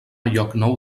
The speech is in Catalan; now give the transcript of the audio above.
llocnou